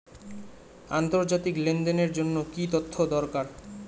আন্তর্জাতিক লেনদেনের জন্য কি কি তথ্য দরকার?